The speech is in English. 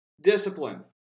Discipline